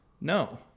No